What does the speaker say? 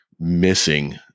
missing